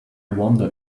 wonder